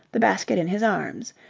the basket in his arms.